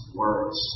words